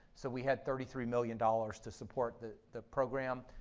so we had thirty three million dollars to support the the program,